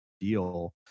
deal